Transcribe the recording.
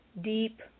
deep